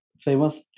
famous